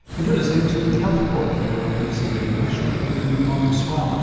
and you're listening to the health report here on abc radio national with me norman swan.